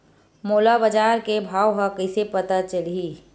मोला बजार के भाव ह कइसे पता चलही?